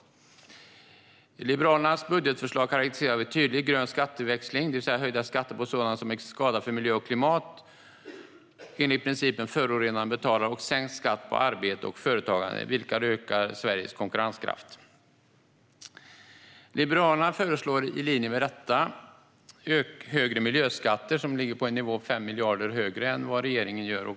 Liberalernas budgetförslag karakteriseras av en tydlig grön skatteväxling - det vill säga höjda skatter på sådant som är till skada för miljö och klimat, enligt principen att förorenaren betalar - och av sänkt skatt på arbete och företagande, vilket ökar Sveriges konkurrenskraft. Liberalerna föreslår i linje med detta högre miljöskatter - 5 miljarder högre än vad regeringen gör.